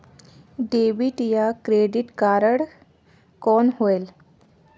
Debit या credit card कौन होएल?